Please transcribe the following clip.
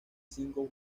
cinco